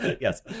Yes